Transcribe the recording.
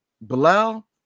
Bilal